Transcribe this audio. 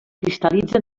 cristal·litza